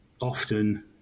often